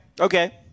okay